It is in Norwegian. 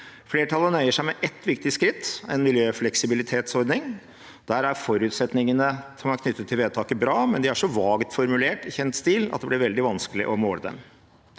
Flertallet nøyer seg med ett viktig skritt – en miljøfleksibilitetsordning. Der er forutsetningene som er knyttet til vedtaket, bra, men de er så vagt formulert – i kjent stil – at det blir veldig vanskelig å måle dem.